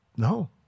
No